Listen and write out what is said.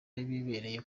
bibereye